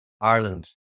Ireland